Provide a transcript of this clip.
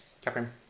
Catherine